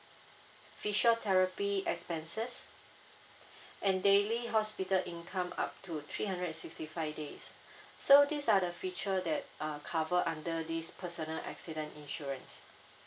physiotherapy expenses and daily hospital income up to three hundred and sixty five days so these are the feature that uh cover under this personal accident insurance